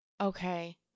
okay